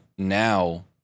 Now